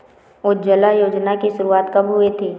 उज्ज्वला योजना की शुरुआत कब हुई थी?